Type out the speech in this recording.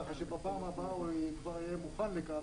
ככה שבפעם הבאה הוא כבר יהיה מוכן לכך,